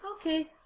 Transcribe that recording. Okay